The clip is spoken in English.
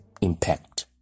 impact